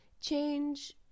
change